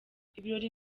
ibirori